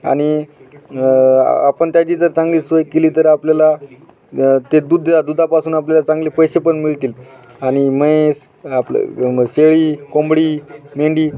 आणि आपण त्याची जर चांगली सोय केली तर आपल्याला ते दूध द दुधापासून आपल्याला चांगले पैसे पण मिळतील आणि म्हैस आपलं शेळी कोंबडी मेंढी